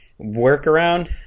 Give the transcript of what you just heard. workaround